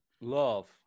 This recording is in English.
love